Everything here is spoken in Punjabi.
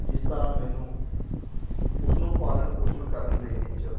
ਜਿਸ ਤਰ੍ਹਾਂ ਮੈਨੂੰ ਉਸ ਨੂੰ ਪਾਲਣ ਪੋਸ਼ਣ ਕਰਨ ਦੇ ਵਿੱਚ